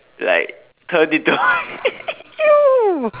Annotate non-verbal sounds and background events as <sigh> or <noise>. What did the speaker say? like turned into <laughs> !eww!